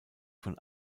von